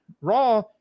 raw